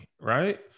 right